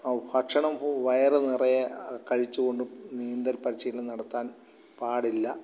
ഭക്ഷണം വയറുനിറയെ കഴിച്ചുകൊണ്ട് നീന്തൽപരിശീലനം നടത്താൻ പാടില്ല